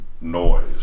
noise